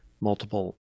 multiple